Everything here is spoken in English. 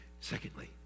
secondly